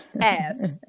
Yes